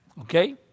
Okay